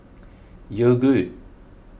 Yogood